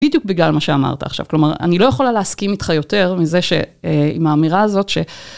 בדיוק בגלל מה שאמרת עכשיו, כלומר, אני לא יכולה להסכים איתך יותר מזה שעם האמירה הזאת ש...